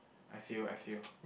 I feel I feel